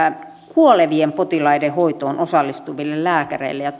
kuolevien potilaiden hoitoon osallistuville lääkäreille ja